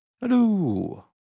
hello